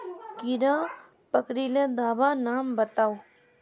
कीड़ा पकरिले दाबा नाम बाताउ?